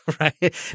Right